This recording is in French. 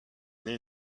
année